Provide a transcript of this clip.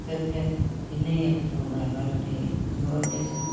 होते थे अब वह भी नहीं है अब तो घर घर तेनीफोल हो गए सब